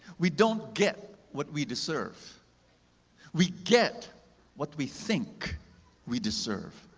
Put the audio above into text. we don't get what we deserve we get what we think we deserve.